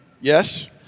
Yes